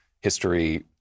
history